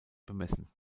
bemessen